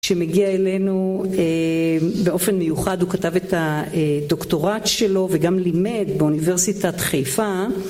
שמגיע אלינו באופן מיוחד, הוא כתב את הדוקטורט שלו וגם לימד באוניברסיטת חיפה